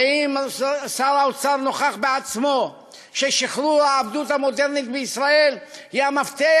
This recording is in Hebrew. האם שר האוצר נוכח בעצמו ששחרור העבדות המודרנית בישראל היא המפתח,